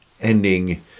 ending